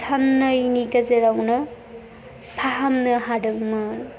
सान्नैनि गेजेरावनो फाहामनो हादोंमोन